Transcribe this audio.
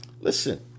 Listen